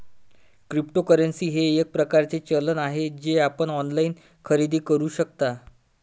cryptocurrency हे एक प्रकारचे चलन आहे जे आपण ऑनलाइन खरेदी करू शकता